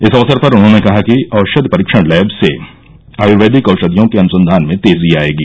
इस अवसर पर उन्होंने कहा कि औषधि परीक्षण लैब से आयूर्वेदिक औषधियों के अनुसंधान में तेजी आयेगी